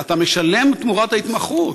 אתה משלם תמורת ההתמחות.